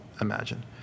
imagine